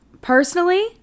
Personally